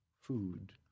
food